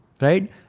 right